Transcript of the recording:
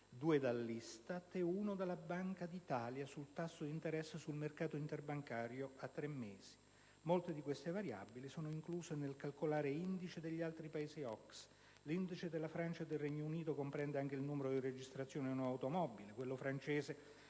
dall'ISTAT e una dalla Banca d'Italia sul tasso d'interesse sul mercato interbancario a tre mesi. Molte di tali variabili sono incluse nel calcolo dell'indice degli altri Paesi OCSE. L'indice della Francia e del Regno Unito comprende anche il numero delle registrazioni di nuove automobili; quello francese